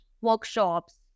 workshops